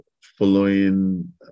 following